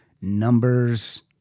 Numbers